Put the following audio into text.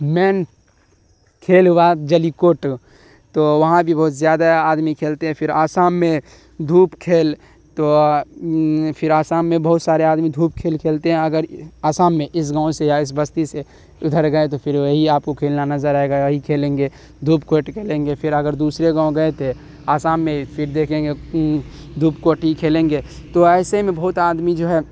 مین کھیل ہوا جلی کوٹ تو وہاں بھی بہت زیادہ آدمی کھیلتے ہیں پھر آسام میں دھوپ کھیل تو پھر آسام میں بہت سارے آدمی دھوپ کھیل کھیلتے ہیں اگر آسام میں اس گاؤں سے یا اس بستی سے ادھر گئے تو پھر وہی آپ کو کھیلنا نظر آئے گا وہی کھیلیں گے دھوپ کوٹ کھیلیں گے پھر اگر دوسرے گاؤں گئے تھے آسام میں پھر دیکھیں گے دھوپ کوٹی کھیلیں گے تو ایسے میں بہت آدمی جو ہے